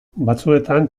batzuetan